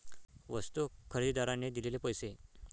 वस्तू खरेदीदाराने दिलेले पैसे